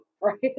right